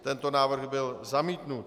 Tento návrh byl zamítnut.